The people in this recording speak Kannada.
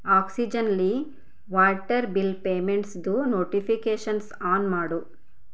ಆಕ್ಸಿಜೆನ್ಲಿ ವಾಟರ್ ಬಿಲ್ ಪೇಮೆಂಟ್ಸ್ದು ನೋಟಿಫಿಕೇಷನ್ಸ್ ಆನ್ ಮಾಡು